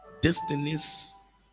Destinies